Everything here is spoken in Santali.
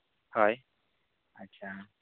ᱦᱳᱭ ᱟᱪᱪᱷᱟ